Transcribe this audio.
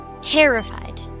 terrified